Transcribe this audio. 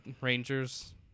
Rangers